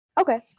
Okay